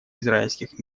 израильских